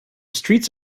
streets